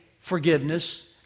forgiveness